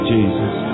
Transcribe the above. Jesus